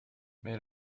mais